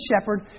shepherd